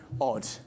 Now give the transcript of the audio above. odd